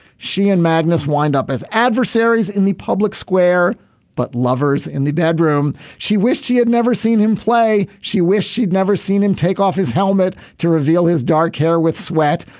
she and magnus wind up as adversaries in the public square but lovers in the bedroom. she wished she had never seen him play. she wished she'd never seen him take off his helmet to reveal his dark hair with sweat.